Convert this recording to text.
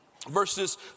Verses